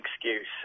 excuse